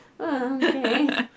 okay